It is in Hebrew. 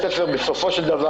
בסופו של דבר,